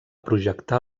projectar